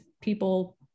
people